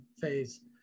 phase